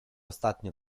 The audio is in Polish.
ostatnio